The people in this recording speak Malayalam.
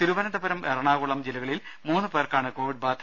തിരുവനന്തപുരം എറണാകുളം ജില്ലകളിൽ മൂന്ന് പേർക്കാണ് കോവിഡ് ബാധ